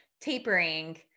tapering